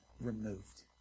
removed